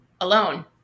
alone